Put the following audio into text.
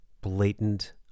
blatant